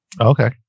Okay